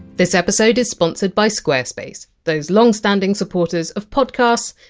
this episode is sponsored by squarespace, those longstanding supporters of podcasts,